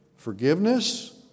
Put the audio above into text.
Forgiveness